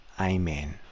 Amen